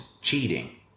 cheating